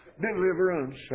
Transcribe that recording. Deliverance